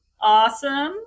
Awesome